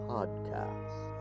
Podcast